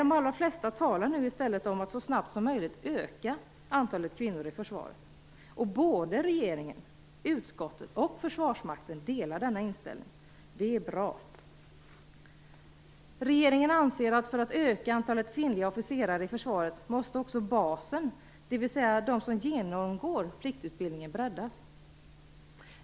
De allra flesta talar nu i stället om att så snabbt som möjligt öka antalet kvinnor i försvaret. Regeringen, utskottet och Försvarsmakten delar denna inställning. Det är bra. Regeringen anser att för att öka antalet kvinnliga officerare måste också basen, dvs. de som genomgår pliktutbildningen, breddas.